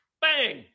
Bang